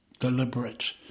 deliberate